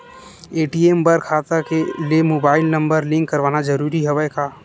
ATM बर खाता ले मुबाइल नम्बर लिंक करवाना ज़रूरी हवय का?